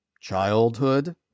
childhood